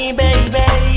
baby